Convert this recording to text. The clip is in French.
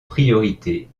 priorité